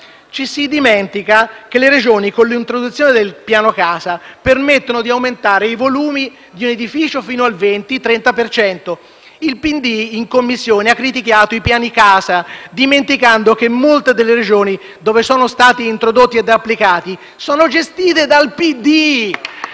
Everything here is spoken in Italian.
Ci si dimentica che le Regioni, con l’introduzione del Piano casa, permettono di aumentare i volumi di un edificio fino al 20-30 per cento. Il PD in Commissione ha criticato i Piani casa, dimenticando che molte delle Regioni dove sono stati introdotti ed applicati sono gestite dal PD.